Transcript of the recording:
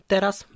Teraz